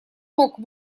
мог